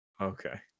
okay